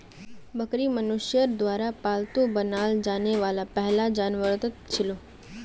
बकरी मनुष्यर द्वारा पालतू बनाल जाने वाला पहला जानवरतत छिलो